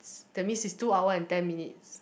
that means is two hours and ten minutes